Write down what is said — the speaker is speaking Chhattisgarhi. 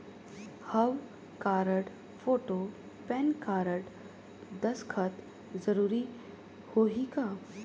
हव कारड, फोटो, पेन कारड, दस्खत जरूरी होही का?